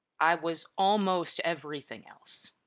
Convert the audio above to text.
i was almost everything else.